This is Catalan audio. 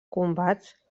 combats